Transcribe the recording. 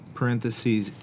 Parentheses